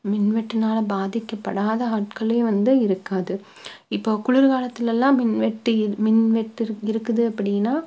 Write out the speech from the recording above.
மின்வெட்டினால பாதிக்கப்படாத ஆட்களே வந்து இருக்காது இப்போது குளிர் காலத்திலலாம் மின்வெட்டு இ மின்வெட்டு இரு இருக்குது அப்படின்னா